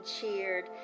cheered